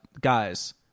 guys